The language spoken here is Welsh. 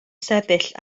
sefyll